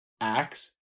acts